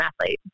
athlete